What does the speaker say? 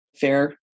fair